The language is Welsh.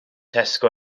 tesco